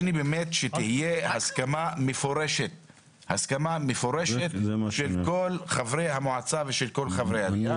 אני אומר שתהיה הסכמה מפורשת של כל חברי המועצה ושל כל חברי המליאה.